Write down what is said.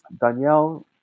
Daniel